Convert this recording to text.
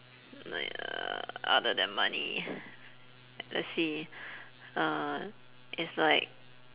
like uh other than money let's see uh it's like